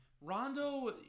Rondo